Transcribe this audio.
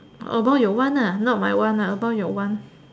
about your one lah not my one lah about your one